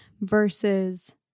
versus